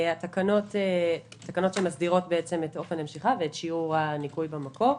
אלה תקנות שמסדירות את אופן המשיכה ואת שיעור הניכוי במקור.